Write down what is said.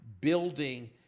building